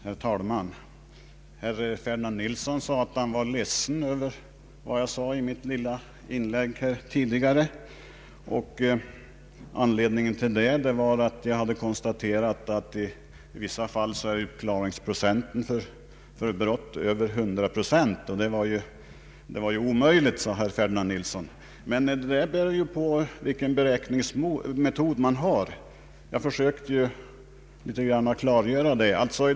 Herr talman! Herr Ferdinand Nilsson var ledsen över vad jag sagt i mitt lilla inlägg här tidigare, nämligen att uppklaringsprocenten för brott i vissa fall är över 100 procent. Det var omöjligt, sade herr Ferdinand Nilsson. Men det beror på vilken beräkningsmetod man använder; jag försökte klargöra det.